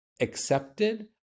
accepted